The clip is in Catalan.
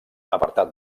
apartat